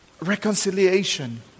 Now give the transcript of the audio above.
reconciliation